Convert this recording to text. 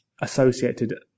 associated